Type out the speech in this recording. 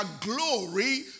glory